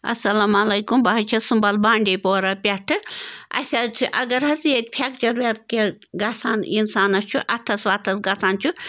اَلسلامُ علیکُم بہٕ حظ چھَس سُمبل بانٛڈی پورا پٮ۪ٹھٕ اَسہِ حظ چھِ اگر حظ ییٚتہِ فٮ۪کچَر وٮ۪پکٮ۪ر گژھان اِنسانَس چھُ اَتھَس وَتھَس گژھان چھُ